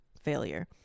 failure